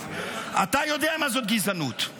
אתה יודע מה זאת גזענות,